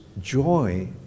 joy